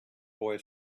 boy